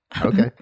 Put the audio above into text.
Okay